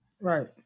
right